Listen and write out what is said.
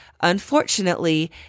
Unfortunately